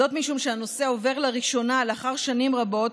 זאת משום שהנושא עובר לראשונה לאחר שנים רבות